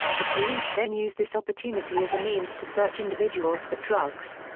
the police then use this opportunity as a means to search individuals for drugs.